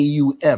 AUM